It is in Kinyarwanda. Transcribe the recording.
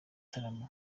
gitaramo